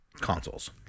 consoles